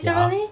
ya